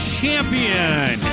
Champion